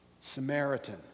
Samaritan